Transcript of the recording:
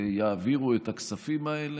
יעבירו את הכספים האלה.